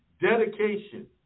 dedication